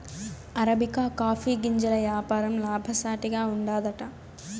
arabica coffee గింజల యాపారం లాభసాటిగా ఉండాదట